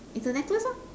it's a necklace lor